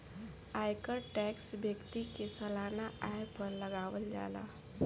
आयकर टैक्स व्यक्ति के सालाना आय पर लागावल जाला